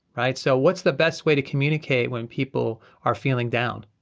right. so what's the best way to communicate when people are feeling down.